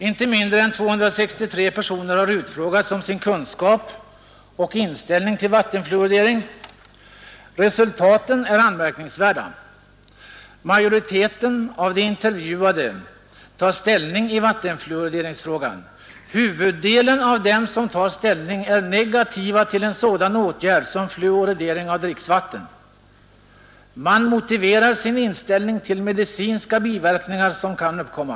Inte mindre än 263 personer har utfrågats om sin kunskap och inställning till vattenfluoridering. Resultaten är anmärkningsvärda. Majoriteten av de intervjuade tar ställning i vattenfluorideringsfrågan. Huvuddelen av dem som tar ställning är negativa till en sådan åtgärd som fluoridering av dricksvatten. Man motiverar sin inställning med att medicinska biverkningar kan uppkomma.